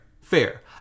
Fair